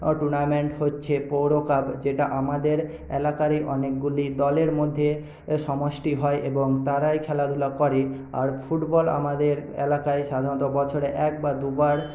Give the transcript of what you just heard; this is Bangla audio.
টুর্নামেন্ট হচ্ছে পৌর ক্লাব যেটা আমাদের এলাকারই অনেকগুলি দলের মধ্যে সমষ্টি হয় এবং তারা এই খেলাধুলা করে আর ফুটবল আমাদের এলাকায় সাধারণত বছরে একবার দুবার